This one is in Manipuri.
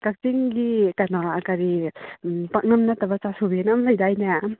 ꯀꯛꯆꯤꯡꯒꯤ ꯀꯩꯅꯣ ꯀꯔꯤ ꯄꯥꯛꯅꯝ ꯅꯠꯇꯕ ꯆꯥꯁꯨꯕꯤꯅ ꯑꯃ ꯂꯩꯗꯥꯏꯅꯦ